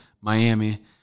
Miami